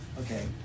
Okay